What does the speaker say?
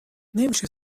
نمیشه